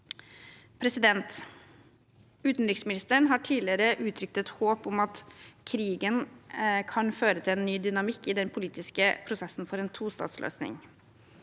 terrorliste. Utenriksministeren har tidligere uttrykt et håp om at krigen kan føre til en ny dynamikk i den politiske prosessen for en tostatsløsning.